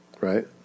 Right